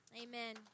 Amen